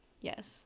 yes